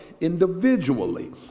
individually